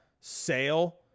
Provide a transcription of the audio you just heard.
Sale